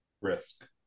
risk